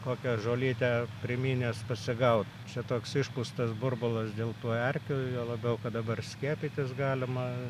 kokią žolytę primynęs pasigaut čia toks išpūstas burbulas dėl tų erkių juo labiau kad dabar skiepytis galima